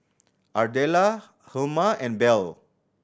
Ardella Hjalmer and Belle